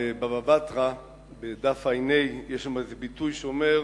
בבבא בתרא דף ע"ה יש ביטוי שאומר: